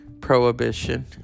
prohibition